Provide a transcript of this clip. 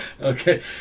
Okay